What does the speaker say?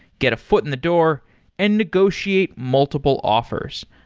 get a foot in the door and negotiate multiple offers.